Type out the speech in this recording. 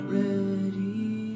ready